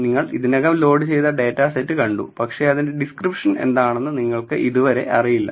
നിങ്ങൾ ഇതിനകം ലോഡ് ചെയ്ത ഡാറ്റാ സെറ്റ് കണ്ടു പക്ഷേ അതിന്റെ ഡിസ്ക്രിപ്ഷൻ എന്താണെന്ന് നിങ്ങൾക്ക് ഇതുവരെ അറിയില്ല